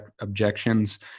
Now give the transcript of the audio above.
objections